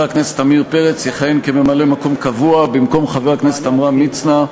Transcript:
הכנסת עמיר פרץ יכהן כממלא-מקום קבוע במקום חבר הכנסת עמרם מצנע,